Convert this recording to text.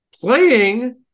Playing